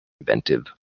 inventive